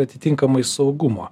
atitinkamai saugumo